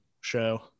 show